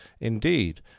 Indeed